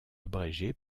abrégé